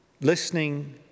listening